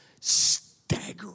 staggering